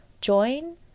join